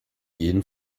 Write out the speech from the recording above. ihren